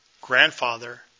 grandfather